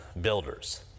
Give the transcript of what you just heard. builders